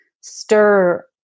stir